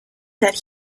that